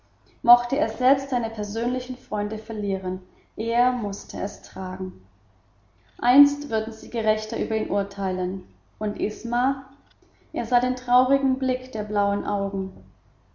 mochte er selbst seine persönlichen freunde verlieren er mußte es tragen einst würden sie gerechter über ihn urteilen und isma er sah den traurigen blick der blauen augen